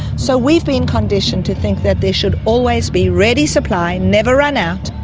so we've been conditioned to think that there should always be ready supply, never run out,